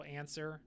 answer